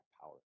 power